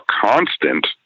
constant